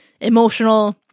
emotional